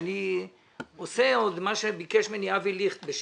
שאני עושה מה שביקש ממני אבי ליכט בשעתו.